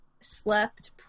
slept